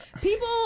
people